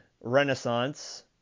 renaissance